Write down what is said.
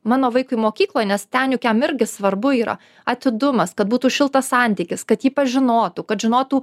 mano vaikui mokykloj nes ten juk jam irgi svarbu yra atidumas kad būtų šiltas santykis kad jį pažinotų kad žinotų